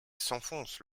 s’enfonce